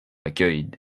accueille